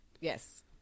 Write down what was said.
Yes